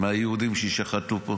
מהיהודים שיישחטו פה,